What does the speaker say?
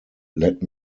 let